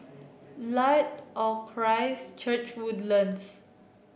Light of Christ Church Woodlands